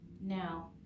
Now